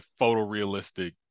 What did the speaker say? photorealistic